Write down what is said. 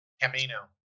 Camino